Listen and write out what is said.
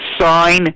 sign